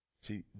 See